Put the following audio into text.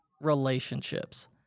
relationships